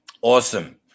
Awesome